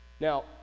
Now